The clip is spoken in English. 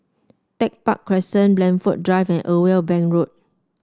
Tech Park Crescent Blandford Drive and Irwell Bank Road